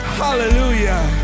hallelujah